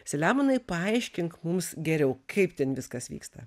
saliamonai paaiškink mums geriau kaip ten viskas vyksta